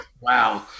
wow